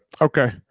Okay